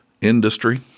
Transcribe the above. industry